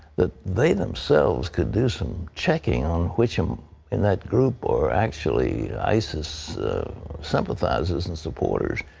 that they themselves could do some checking on which um in that group are actually isis sympathizers and supporters.